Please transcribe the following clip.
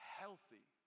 healthy